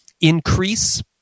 Increase